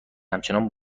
همچنان